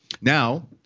Now